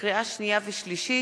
לקריאה שנייה ולקריאה שלישית,